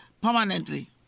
permanently